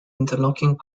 interlocking